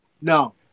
No